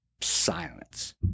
silence